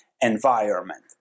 environment